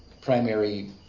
primary